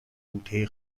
بوته